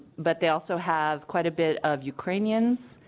but they also have quite a bit of ukrainian